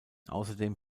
außerdem